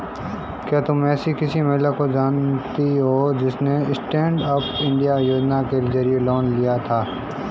क्या तुम एसी किसी महिला को जानती हो जिसने स्टैन्डअप इंडिया योजना के जरिए लोन लिया था?